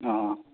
ꯑꯥ ꯑꯥ